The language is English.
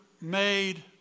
made